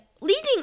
Leading